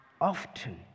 Often